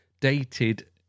dated